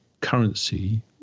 currency